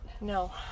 No